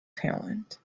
talent